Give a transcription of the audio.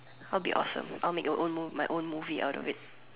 I'll be awesome I'll make your own mov~ my own movie out of it